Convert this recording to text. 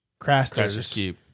Crasters